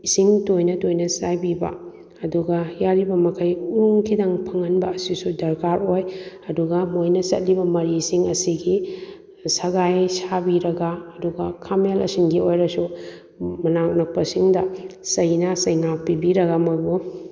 ꯏꯁꯤꯡ ꯇꯣꯏꯅ ꯇꯣꯏꯅ ꯆꯥꯏꯕꯤꯕ ꯑꯗꯨꯒ ꯌꯥꯔꯤꯕꯃꯈꯩ ꯎꯔꯨꯝ ꯈꯤꯇꯪ ꯐꯪꯍꯟꯕ ꯑꯁꯤꯁꯨ ꯗꯔꯀꯥꯔ ꯑꯣꯏ ꯑꯗꯨꯒ ꯃꯣꯏꯅ ꯆꯠꯂꯤꯕ ꯃꯔꯤꯁꯤꯡ ꯑꯁꯤꯒꯤ ꯁꯒꯥꯏ ꯁꯥꯕꯤꯔꯒ ꯑꯗꯨꯒ ꯈꯥꯃꯦꯟ ꯑꯁꯤꯟꯒꯤ ꯑꯣꯏꯔꯁꯨ ꯃꯅꯥꯛ ꯅꯛꯄꯁꯤꯡꯗ ꯆꯩꯅ ꯆꯩꯉꯥꯛ ꯄꯤꯕꯤꯔꯒ ꯃꯣꯏꯕꯨ